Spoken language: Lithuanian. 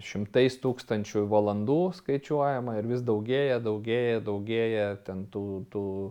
šimtais tūkstančių valandų skaičiuojama ir vis daugėja daugėja daugėja ten tų tų